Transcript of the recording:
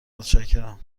متشکرم